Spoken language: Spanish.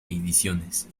ediciones